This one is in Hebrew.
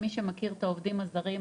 למי שמכיר את העובדים הזרים,